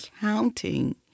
counting